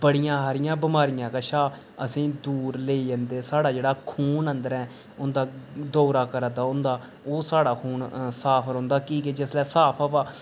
बड़ियां हारियां बमारियां कशा असेंगी दूर लेई जंदे साढ़ा जेहड़ा खून अंदर ऐ उंदा दौरा करै दा होंदा ओह् साढ़ा खून साफ रौंह्दा कि के जिसलै साफ हबा